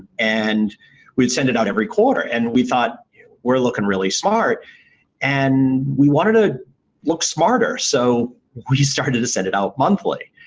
and we would send it out every quarter and we thought we're looking really smart and we wanted to look smarter so we started to send it out monthly.